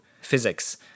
physics